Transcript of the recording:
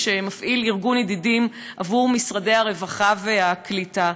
שמפעיל ארגון "ידידים" עבור משרדי הרווחה והקליטה,